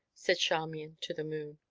said charmian to the moon.